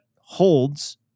holds